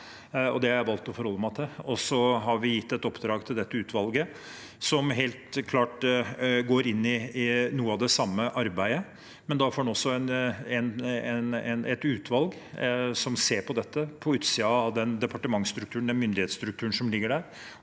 det har jeg valgt å forholde meg til. Vi har gitt et oppdrag til dette utvalget, som helt klart går inn i noe av det samme arbeidet, men da får en også et utvalg som ser på dette fra utsiden av den departementsstrukturen, den